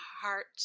heart